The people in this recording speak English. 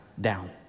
down